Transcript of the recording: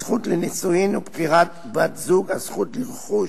הזכות לנישואין ובחירת בת-זוג, הזכות לרכוש,